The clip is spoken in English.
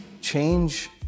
change